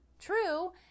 true